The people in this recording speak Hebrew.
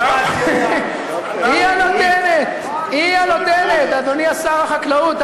היא הנותנת, אדוני שר החקלאות.